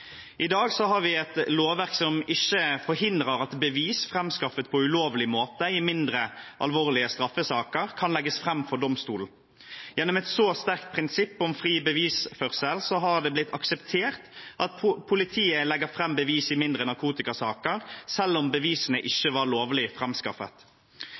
I dag har vi et lovverk som ikke forhindrer at bevis framskaffet på ulovlig måte i mindre alvorlige straffesaker, kan legges fram for domstolen. Gjennom et så sterkt premiss om fri bevisførsel, har det blitt akseptert at politiet legger fram bevis i mindre narkotikasaker selv om bevisene